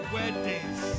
Weddings